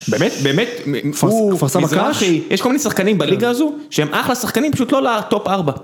באמת? באמת? כפר סבא ככה? יש כל מיני שחקנים בליגה הזו שהם אחלה שחקנים פשוט לא לטופ ארבע.